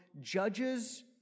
judges